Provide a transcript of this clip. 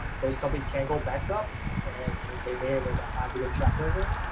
those companies can go bankrupt, and they may or may not have a good track recor